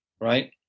right